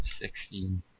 sixteen